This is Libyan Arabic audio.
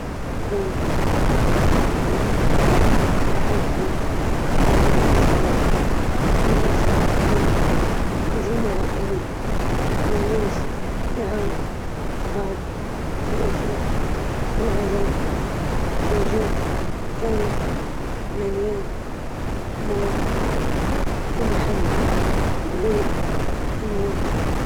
نشأت في قرية صغيرة، كانت هادية وبعيدة عن الضجيج، والجيران كانوا عيلة وحدة، الجو الريفي والناس الطيبين كانوا عاملين أمان وسلام نفسي.